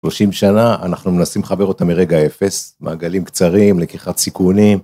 30 שנה אנחנו מנסים לחבר אותה מרגע 0, מעגלים קצרים, לקיחת סיכונים.